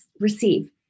receive